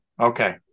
Okay